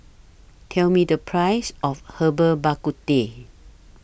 Tell Me The Price of Herbal Bak Ku Teh